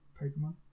Pokemon